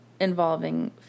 involving